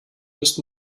löst